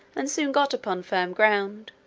and soon got upon firm ground,